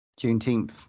Juneteenth